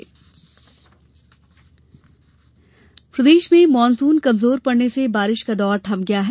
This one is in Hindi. मौसम प्रदेश में मॉनसून कमजोर पड़ने से बारिश का दौर थम गया है